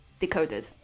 decoded